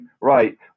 right